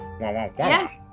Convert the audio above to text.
Yes